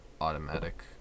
automatic